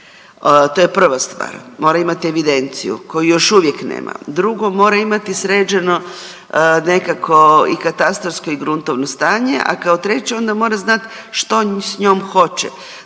to je prva stvar, mora imati evidenciju koju još uvijek nema. Drugo, mora imati sređeno nekako i katastarsko i gruntovno stanje, a kao treće onda mora znat što s njom hoće,